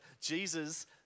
Jesus